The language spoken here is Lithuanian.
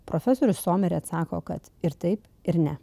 profesorius somirė atsako kad ir taip ir ne